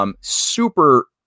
Super